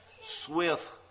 swift